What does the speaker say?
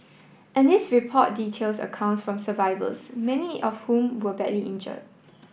and this report details accounts from survivors many of whom were badly injured